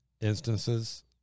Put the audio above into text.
instances